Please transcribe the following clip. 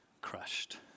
crushed